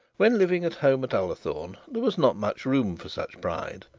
when living at home at ullathorne there was not much room for such pride,